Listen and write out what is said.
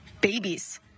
babies